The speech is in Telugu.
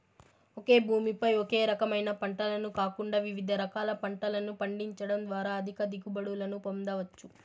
ఒకే భూమి పై ఒకే రకమైన పంటను కాకుండా వివిధ రకాల పంటలను పండించడం ద్వారా అధిక దిగుబడులను పొందవచ్చు